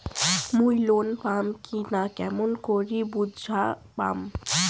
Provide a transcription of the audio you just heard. মুই লোন পাম কি না কেমন করি বুঝা পাম?